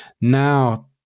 now